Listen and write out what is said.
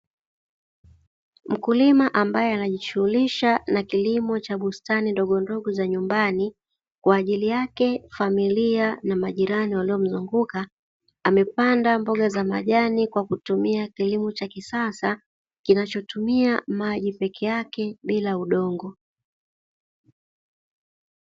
Mkulima ambaye anajishughulisha na kilimo cha bustani ndogondogo za nyumbani kwa ajili yake, familia na majirani waliomzunguka. Amepanda mboga za majani kwa kutumia kilimo cha kisasa, kinachotumia maji peke yake bila kutumia udongo.